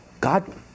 God